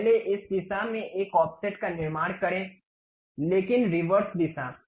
पहले इस दिशा में एक ऑफसेट का निर्माण करें लेकिन रिवर्स दिशा